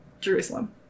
Jerusalem